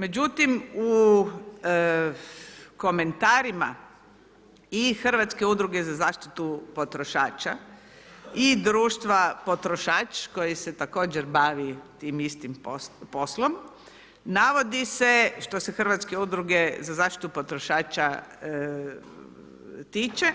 Međutim, u komentarima i Hrvatske udruge za zaštitu potrošača i društva potrošač koji se također bavi tim istim poslom navodi se, što se Hrvatske udruge za zaštitu potrošača tiče,